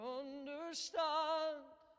understand